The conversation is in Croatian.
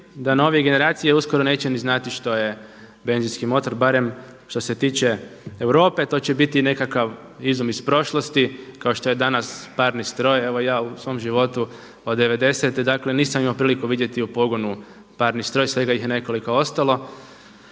da novije generacije uskoro neće ni znati što je benzinski motor barem što se tiče Europe. To će biti nekakav izum iz prošlosti kao što je danas parni stroj. Evo ja u svom životu od '90.-te dakle nisam imao priliku vidjeti u pogonu parni stroj, svega ih je nekoliko ostalo.